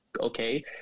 okay